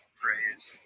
phrase